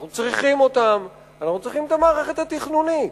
אנחנו צריכים אותם, צריכים את המערכת התכנונית.